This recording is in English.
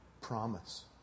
promise